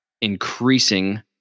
increasing